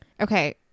Okay